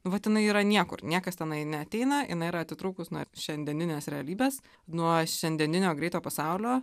vat jinai yra niekur niekas tenai neateina ir yra atitrūkus nuo šiandieninės realybės nuo šiandieninio greito pasaulio